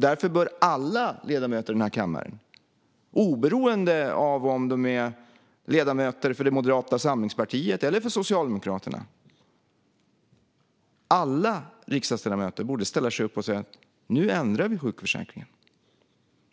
Därför borde alla ledamöter i denna kammare, oberoende av om de är ledamöter för Moderata samlingspartiet eller för Socialdemokraterna, ställa sig upp och säga: Nu ändrar vi sjukförsäkringen!